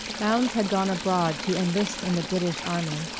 bounds had gone abroad to enlist in the british army,